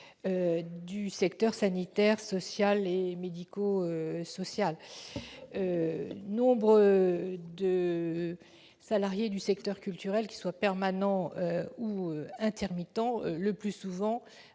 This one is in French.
aux secteurs sanitaire, social et médico-social. La plupart des salariés du secteur culturel, qu'ils soient permanents ou intermittents, aspirent le plus souvent